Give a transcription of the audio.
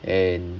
and